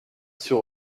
sur